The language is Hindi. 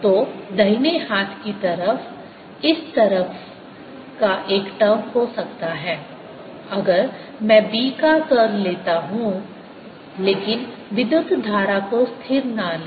तो दाहिने हाथ की तरफ इस तरह का एक टर्म हो सकता है अगर मैं B का कर्ल लेता हूं लेकिन विद्युत धारा को स्थिर न लें